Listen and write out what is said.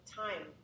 time